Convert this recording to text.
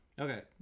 okay